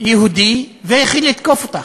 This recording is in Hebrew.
יהודי והתחיל לתקוף אותה.